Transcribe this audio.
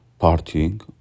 partying